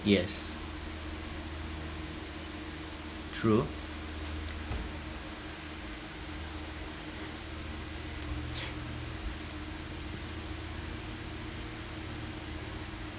yes true